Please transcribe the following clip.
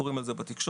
קוראים על זה בתקשורת.